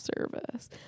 service